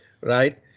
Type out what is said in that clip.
Right